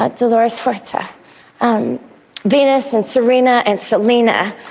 artilleries fighter, um venus and serena and selina.